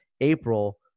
April